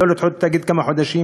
לא לדחות את התאגיד בכמה חודשים,